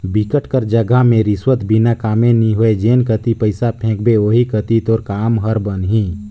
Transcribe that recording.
बिकट कर जघा में रिस्वत बिना कामे नी होय जेन कती पइसा फेंकबे ओही कती तोर काम हर बनही